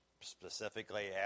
specifically